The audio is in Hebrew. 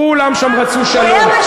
כולם שם רצו שלום.